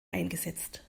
eingesetzt